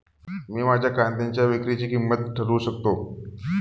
मी माझ्या कांद्यांच्या विक्रीची किंमत किती ठरवू शकतो?